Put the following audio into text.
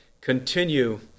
continue